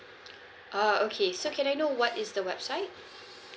oh okay so can I know what is the website